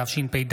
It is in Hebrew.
התשפ"ד